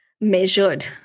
measured